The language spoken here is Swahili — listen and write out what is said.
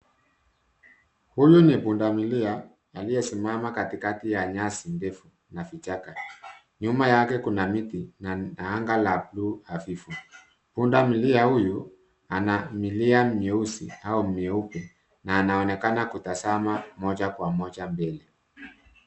Huyu ni punadamlia aliyesimama katikati ya nyasi ndefu na vichaka. Nyuma yake kuna miti na anga la buluu hafifu. Pundamlia huyu ana milia mieusi au mieupe na anaonekana kutazama moja kwa moja mbele.